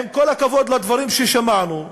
עם כל הכבוד לדברים ששמענו,